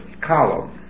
column